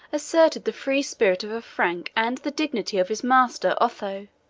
asserted the free spirit of a frank and the dignity of his master otho.